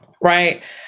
right